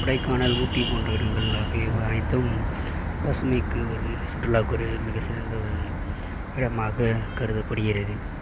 கொடைக்கானல் ஊட்டி போன்ற இடங்கள் ஆகியவை அனைத்தும் பசுமைக்கு ஒரு சுற்றுலாவுக்கு ஒரு மிக சிறந்த ஒரு இடமாக கருதப்படுகிறது